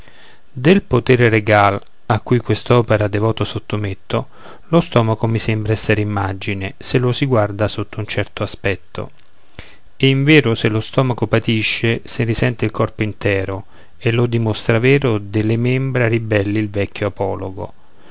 quest'opera devoto sottometto lo stomaco mi sembra essere imagine se lo si guarda sotto un certo aspetto e invero se lo stomaco patisce sen risente il corpo intero e lo dimostra vero delle membra ribelli il vecchio apologo